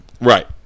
Right